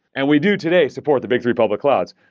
and we do today support the big three public clouds.